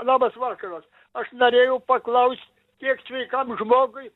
labas vakaras aš norėjau paklaust kiek sveikam žmogui